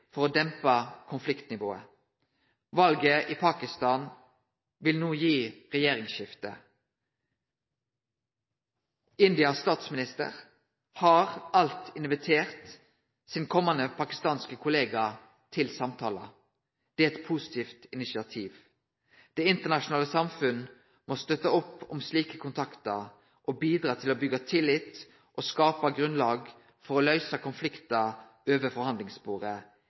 for å dempe konfliktnivået. Valet i Pakistan vil no gi regjeringsskifte. Indias statsminister har alt invitert sin komande pakistanske kollega til samtalar. Det er eit positivt initiativ. Det internasjonale samfunnet må støtte opp om slike kontaktar og bidra til å byggje tillit og skape grunnlag for å løyse konfliktar over